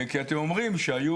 כי אתם אומרים שהיו